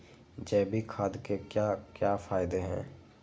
जैविक खाद के क्या क्या फायदे हैं?